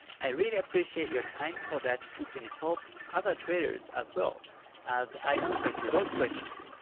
i really appreciate your time so that it can help other traders as well as i answer to those questions.